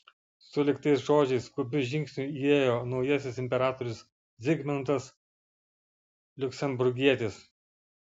sulig tais žodžiais skubiu žingsniu įėjo naujasis imperatorius zigmantas liuksemburgietis